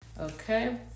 Okay